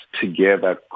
together